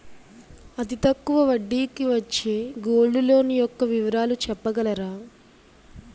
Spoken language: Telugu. అతి తక్కువ వడ్డీ కి వచ్చే గోల్డ్ లోన్ యెక్క వివరాలు చెప్పగలరా?